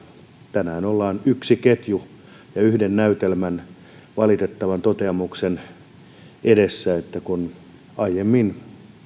tänään ollaan yhden ketjun ja yhden näytelmän valitettavan päättymisen edessä kun aiemmin